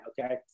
okay